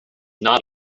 not